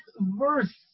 verse